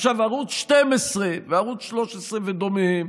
עכשיו, ערוץ 12 וערוץ 13 ודומיהם